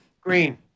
Green